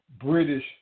British